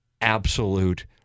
absolute